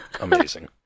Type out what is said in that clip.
amazing